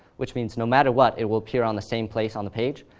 which means no matter what, it will appear on the same place on the page.